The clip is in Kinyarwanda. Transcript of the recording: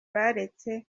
baretse